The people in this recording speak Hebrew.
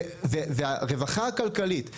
הרווחה הכלכלית,